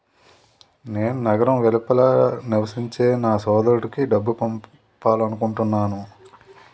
నేను నగరం వెలుపల నివసించే నా సోదరుడికి డబ్బు పంపాలనుకుంటున్నాను